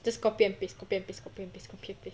just copy and paste copy and paste copy and paste copy and paste